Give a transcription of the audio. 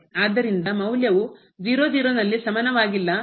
ಆದ್ದರಿಂದ ಮೌಲ್ಯವು 0 0ನಲ್ಲಿ ಸಮನಾವಾಗಿಲ್ಲ